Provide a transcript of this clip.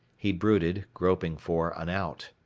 he brooded, groping for an out.